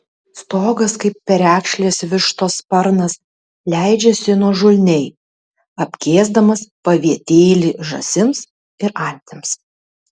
stogas kaip perekšlės vištos sparnas leidžiasi nuožulniai apkėsdamas pavietėlį žąsims ir antims